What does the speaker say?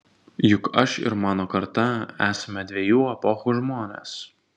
juk aš ir mano karta esame dviejų epochų žmonės